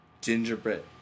gingerbread